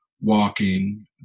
walking